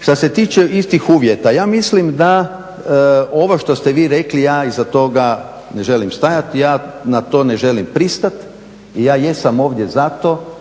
Što se tiče istih uvjeta ja mislim da ovo što ste vi rekli ja iza toga ne želim stajati, ja na to ne želim pristati i ja jesam ovdje zato